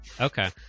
Okay